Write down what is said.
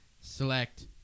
select